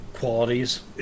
Qualities